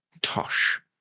Tosh